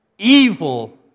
Evil